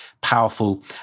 powerful